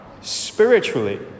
spiritually